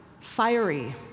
fiery